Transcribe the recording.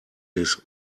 his